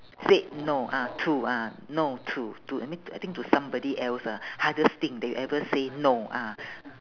said no ah to ah no to to I need I think to somebody else ah hardest thing that you ever say no ah